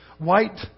White